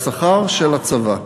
לשכר של הצבא.